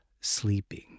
sleeping